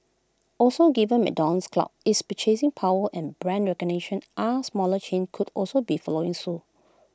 also given McDonald's clout its purchasing power and brand recognition are smaller chains could also be following suit